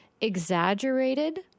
exaggerated